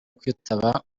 kwitaba